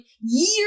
years